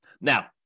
Now